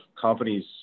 companies